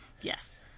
Yes